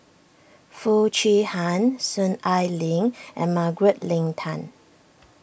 Foo Chee Han Soon Ai Ling and Margaret Leng Tan